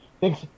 Thanks